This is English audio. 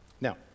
Now